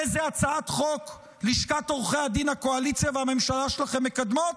איזו הצעת חוק לשכת עורכי הדין הקואליציה והממשלה שלכם מקדמות?